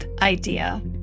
idea